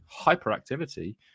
hyperactivity